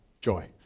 joy